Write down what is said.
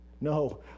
No